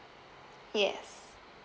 yes